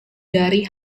dari